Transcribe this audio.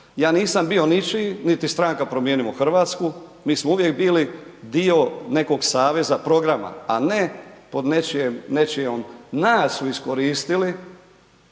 Ja nisam bio ničiji, niti stranka Promijenimo Hrvatsku, mi smo uvijek bili dio nekog saveza, programa, a ne pod nečijom… Nas su iskoristili